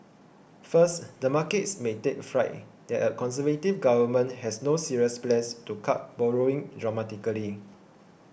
first the markets may take fright that a Conservative government has no serious plans to cut borrowing dramatically